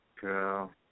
girl